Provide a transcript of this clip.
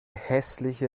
hässliche